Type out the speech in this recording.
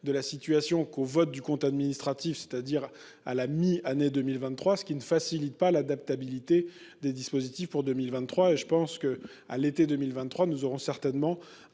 de la situation qu'au vote du compte administratif, c'est-à-dire à la mi-année 2023 ce qui ne facilite pas l'adaptabilité des dispositifs pour 2023 et je pense que, à l'été 2023, nous aurons certainement